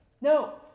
No